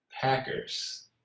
packers